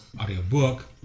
audiobook